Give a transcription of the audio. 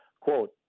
quote